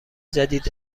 جدید